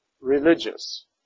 religious